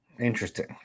Interesting